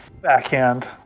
backhand